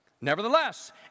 Nevertheless